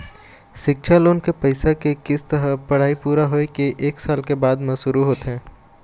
सिक्छा लोन के पइसा के किस्त ह पढ़ाई पूरा होए के एक साल के बाद म शुरू होथे